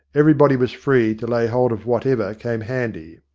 everybody was free to lay hold of whatever came handy.